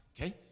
Okay